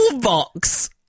box